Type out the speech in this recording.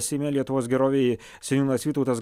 seime lietuvos gerovei seniūnas vytautas